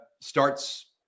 starts